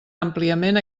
àmpliament